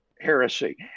heresy